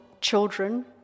children